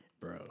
bro